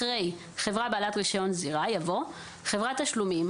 אחרי "חברה בעלת רישיון זירה" יבוא "חברת תשלומים,